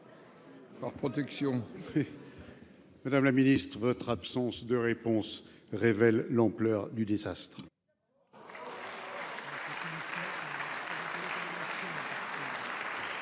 Madame la ministre, votre absence de réponse est révélatrice de l’ampleur du désastre.